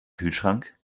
kühlschrank